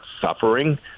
suffering